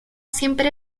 siempre